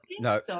no